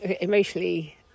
emotionally